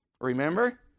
Remember